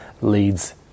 leads